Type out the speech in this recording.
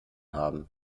haben